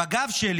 בגב שלי